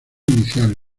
inicial